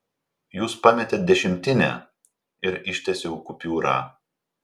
jūs pametėt dešimtinę ir ištiesiau kupiūrą